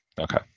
Okay